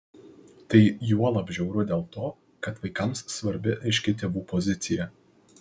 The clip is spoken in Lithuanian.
tai juolab žiauru dėl to kad vaikams svarbi aiški tėvų pozicija